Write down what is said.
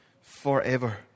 forever